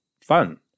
fun